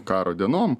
karo dienom